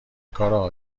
کار